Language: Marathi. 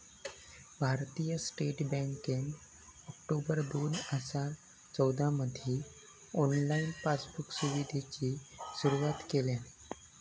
भारतीय स्टेट बँकेन ऑक्टोबर दोन हजार चौदामधी ऑनलाईन पासबुक सुविधेची सुरुवात केल्यान